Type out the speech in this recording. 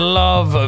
love